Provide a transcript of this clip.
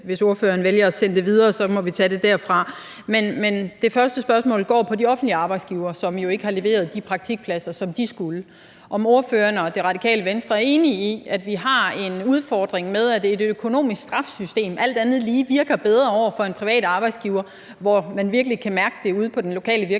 hvis ordføreren vælger at sende det videre, må vi tage det derfra. Men det første spørgsmål er i forhold til de offentlige arbejdsgivere, som jo ikke har leveret de praktikpladser, som de skulle: Er ordføreren og Det Radikale Venstre enig i, at vi har en udfordring med, at et økonomisk straffesystem alt andet lige virker bedre over for en privat arbejdsgiver, hvor man virkelig kan mærke det ude på den lokale virksomhed,